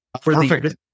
Perfect